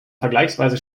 vergleichsweise